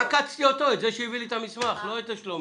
עקצתי את זה שהביא לי את המסמך, לא את שלומי.